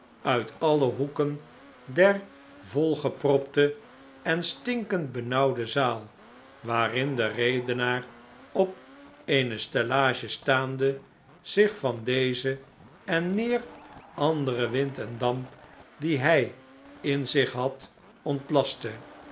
uit alle hoeken der volgepropte en stinkend benauwde zaal waarin de redenaar op eene stellage staande zich van dezen en meer anderen wind en damp dien hij in zich had ontlastte